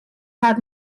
had